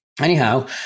Anyhow